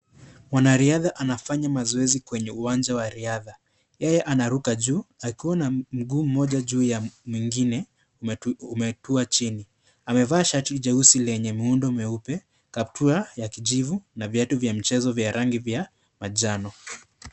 Mwanarihadha anafanya mazoezi kwenye uwanja wa rihadha, yeye anaruka juu akiwa na mguu mmoja juu ya nyingine umetua chini, amevaa shati jeusi lenye miundo nyeupe, kaptura ya kijivu na viatu vya michezo vya rangi ya manjano.